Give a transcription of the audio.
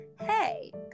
Hey